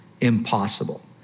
Impossible